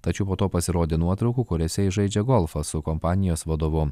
tačiau po to pasirodė nuotraukų kuriose jis žaidžia golfą su kompanijos vadovu